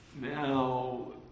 now